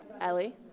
Ellie